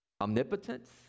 omnipotence